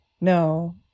No